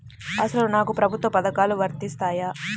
అసలు నాకు ప్రభుత్వ పథకాలు వర్తిస్తాయా?